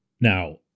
Now